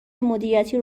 مدیریتی